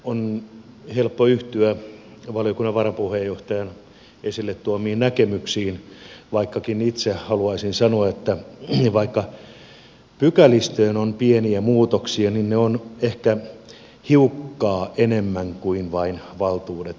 on helppo yhtyä valiokunnan varapuheenjohtajan esille tuomiin näkemyksiin vaikkakin itse haluaisin sanoa että vaikka pykälistöön on pieniä muutoksia niin ne ovat ehkä hiukkaa enemmän kuin vain valtuudet